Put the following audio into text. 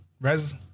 res